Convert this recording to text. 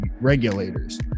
regulators